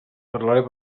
parlaré